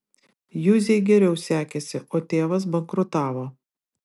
juzei geriau sekėsi o tėvas bankrutavo